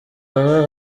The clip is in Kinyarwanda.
aha